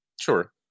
Sure